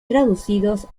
traducidos